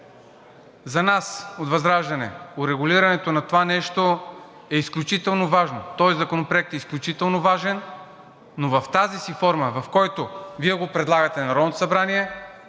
За нас от ВЪЗРАЖДАНЕ урегулирането на това е изключително важно. Тоест Законопроектът е изключително важен, но в тази му форма, в която Вие го предлагате на Народното събрание,